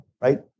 Right